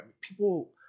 people